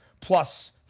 plus